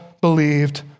believed